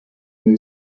meu